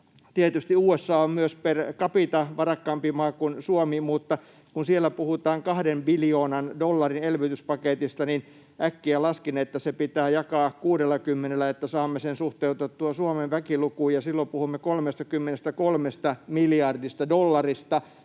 Tietysti USA on myös per capita varakkaampi maa kuin Suomi, mutta kun siellä puhutaan 2 biljoonan dollarin elvytyspaketista, niin äkkiä laskin, että se pitää jakaa 60:llä, että saamme sen suhteutettua Suomen väkilukuun, ja silloin puhumme 33 miljardista dollarista,